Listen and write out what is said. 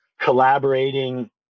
collaborating